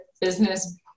business